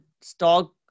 stock